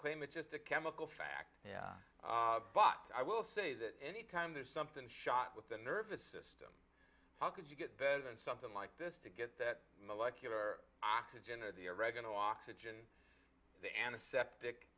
claim it's just a chemical fact but i will say that anytime there's something shot with the nervous system how could you get better than something like this to get that molecular oxygen or the oregano oxygen the antiseptic